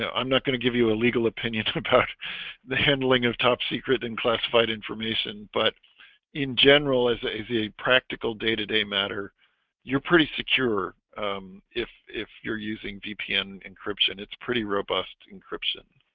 ah i'm not going to give you a legal opinion about the handling of top secret and classified information but in general as a practical day-to-day matter you're pretty secure if if you're using vpn encryption it's pretty robust encryption